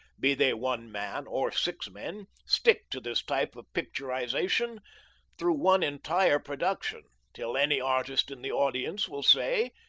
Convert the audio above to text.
be they one man or six men, stick to this type of picturization through one entire production, till any artist in the audience will say,